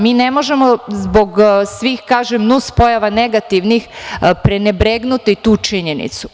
Mi ne možemo zbog svih, kažem, nuspojava negativnih prenebregnuti tu činjenicu.